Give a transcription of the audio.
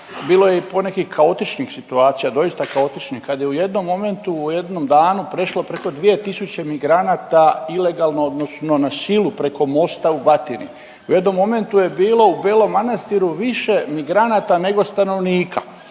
Bilo je i ponekih kaotičnih situacija, doista kaotičnih. Kad je u jednom momentu, u jednom danu prešlo preko 2000 migranata ilegalno, odnosno na silu preko mosta u Batini. U jednom momentu je bilo u Belom Manastiru više migranata nego stanovnika.